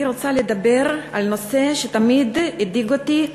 אני רוצה לדבר על נושא שתמיד הדאיג אותי,